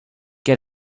get